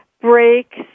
break